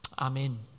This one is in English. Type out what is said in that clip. Amen